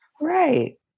right